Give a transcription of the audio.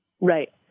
Right